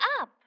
up